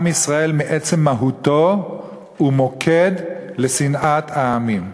עם ישראל מעצם מהותו הוא מוקד לשנאת העמים.